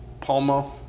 Palma